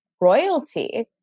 royalty